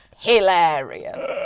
hilarious